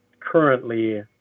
currently